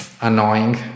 annoying